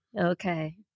Okay